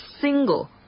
single